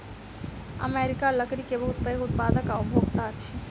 America लकड़ी के बहुत पैघ उत्पादक आ उपभोगता अछि